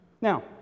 Now